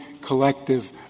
collective